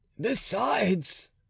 Besides